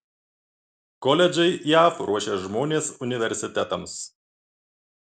koledžai jav ruošia žmones universitetams